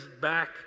back